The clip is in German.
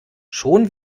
schon